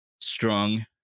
strong